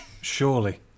Surely